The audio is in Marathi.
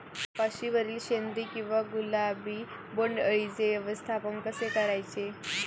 कपाशिवरील शेंदरी किंवा गुलाबी बोंडअळीचे व्यवस्थापन कसे करायचे?